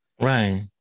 Right